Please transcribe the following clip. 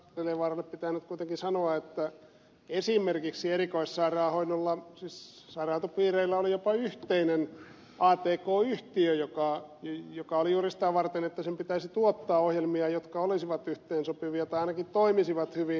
asko seljavaaralle pitää nyt kuitenkin sanoa että esimerkiksi erikoissairaanhoidolla siis sairaanhoitopiireillä oli jopa yhteinen atk yhtiö joka oli juuri sitä varten että sen pitäisi tuottaa ohjelmia jotka olisivat yhteensopivia tai ainakin toimisivat hyvin